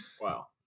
Wow